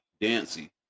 Dancy